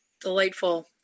Delightful